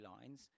lines